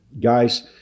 Guys